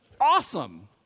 Awesome